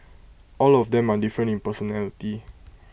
all of them are different in personality